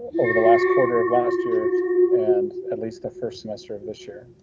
over the last quarter of last year and at least the first semester of this year.